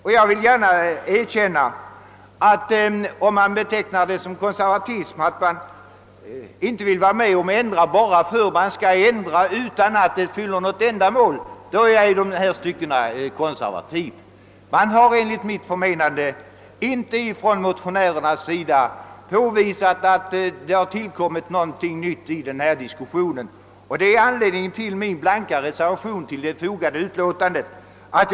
Om man betecknar det som konservatism att inte vilja ändra för ändringens skull och utan att det fyller något ändamål, vill jag gärna erkänna att jag i dessa stycken är konservativ. Enligt mitt förmenande har motionärerna inte påvisat att det tillkommit något nytt i denna diskussion, och detta är också anledningen till den blanka reservation som jag fogat till utlåtandet.